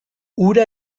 hura